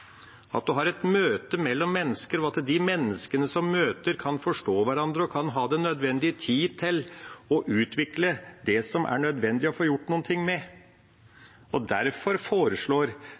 at en har et møte mellom mennesker, og at de menneskene som møtes, kan forstå hverandre og ha den nødvendige tid til å utvikle det som er nødvendig å få gjort noe med. Derfor foreslår